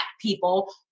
people